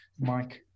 Mike